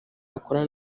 yakorana